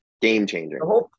game-changing